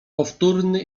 powtórny